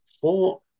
four